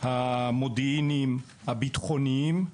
המודיעיניים והביטחוניים.